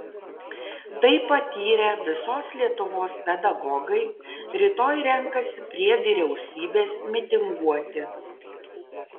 tai patyrę visos lietuvos pedagogai rytoj renkasi prie vyriausybės mitinguoti